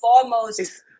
foremost